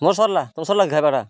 ମୋ ସରିଲା ତୁମର ସରିଲା ଖାଇବାଟା